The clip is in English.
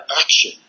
action